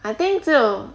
I think 只有